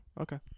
okay